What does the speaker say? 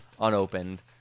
unopened